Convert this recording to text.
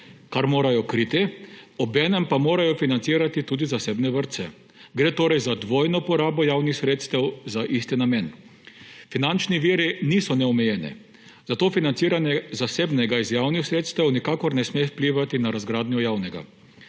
kar morajo kriti, obenem pa morajo financirati tudi zasebne vrtce. Gre torej za dvojno porabo javnih sredstev za isti namen. Finančni viri niso neomejeni, zato financiranje zasebnega iz javnih sredstev nikakor ne sme vplivati na razgradnjo javnega.